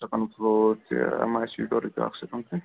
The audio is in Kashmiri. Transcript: سیکنٛڈ فُلور یہِ أمۍ ما آسِو یہِ ہیوٚرُے اکھ سیکنٛڈ تُہۍ